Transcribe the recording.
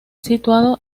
situado